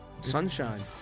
sunshine